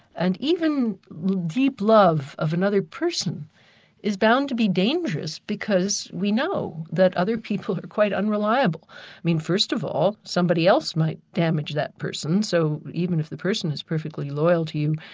and even deep love of another person is bound to be dangerous because we know that other people are quite unreliable. i mean first of all somebody else might damage that person, so even if the person is perfectly loyal to you,